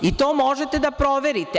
I to možete da proverite.